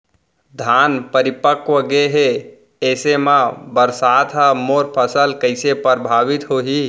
धान परिपक्व गेहे ऐसे म बरसात ह मोर फसल कइसे प्रभावित होही?